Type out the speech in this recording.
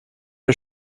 ihr